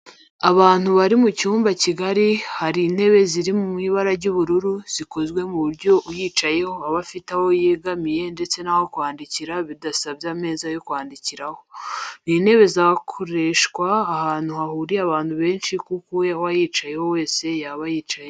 Abantu bari mu cyumba kigari hari intebe ziri mu ibara ry'ubururu zikozwe ku buryo uyicayeho aba afite aho yegamira ndetse n'aho kwandikira bidasabye ameza yandi yo kwandikiraho. Ni intebe zakoreshwa ahantu hahuriye abantu benshi kuko uwayicaraho wese yaba yicaye neza